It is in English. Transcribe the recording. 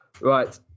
Right